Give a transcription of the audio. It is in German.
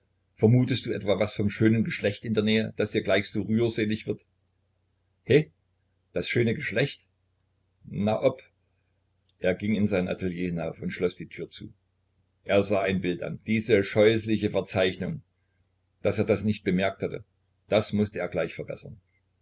vermutest du etwa was vom schönen geschlecht in der nähe das dir gleich so rührselig wird heh das schöne geschlecht na ob er ging in sein atelier hinauf und schloß die tür zu er sah ein bild an diese scheußliche verzeichnung daß er das nicht bemerkt hatte das mußte er gleich verbessern